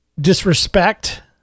disrespect